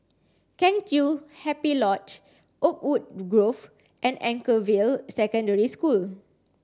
Kheng Chiu Happy Lodge Oakwood Grove and Anchorvale Secondary School